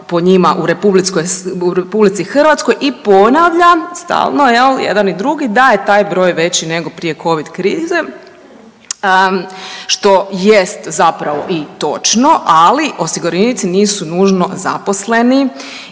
po njima u RH, i ponavljam, stalno, je li, jedan i drugi, da je taj broj veći nego Covid krize, što jest zapravo i točno, ali osiguranici nisu nužno zaposleni